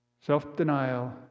Self-denial